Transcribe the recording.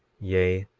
yea,